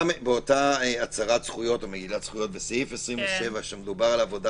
באותה מגילת זכויות בסעיף 27, שמדובר על עבודה